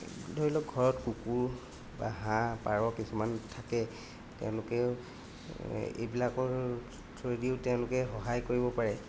ধৰি লওক ঘৰত কুকুৰ বা হাঁহ পাৰ কিছুমান থাকে তেওঁলোকেও এইবিলাকৰ থ্ৰয়েদিও তেওঁলোকে সহায় কৰিব পাৰে